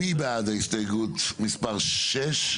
מי בעד הסתייגות מספר 5?